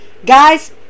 Guys